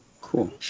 Cool